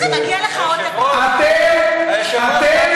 את לא תוכלי,